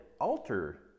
alter